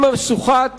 אם משוכת